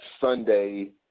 Sunday